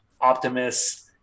optimus